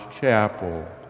Chapel